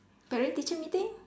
parent teacher meeting